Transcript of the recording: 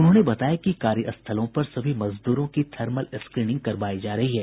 उन्होंने बताया कि कार्य स्थलों पर सभी मजदूरों की थर्मल स्क्रीनिंग करवायी जा रही हैं